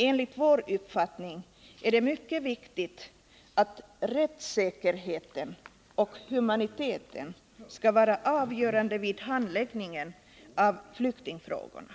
Enligt vår uppfattning är det mycket viktigt att rättssäkerheten och humaniteten är avgörande vid handläggningen av flyktingfrågorna.